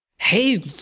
Hey